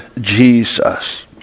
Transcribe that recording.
Jesus